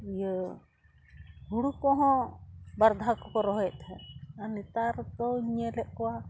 ᱤᱭᱟᱹ ᱦᱳᱲᱳ ᱠᱚᱦᱚᱸ ᱵᱟᱨ ᱫᱷᱟᱣ ᱠᱚᱠᱚ ᱨᱚᱦᱚᱭᱮᱫ ᱛᱟᱦᱮᱸᱫ ᱟᱨ ᱱᱮᱛᱟᱨ ᱫᱚᱹᱧ ᱧᱮᱞᱮᱫ ᱠᱚᱣᱟ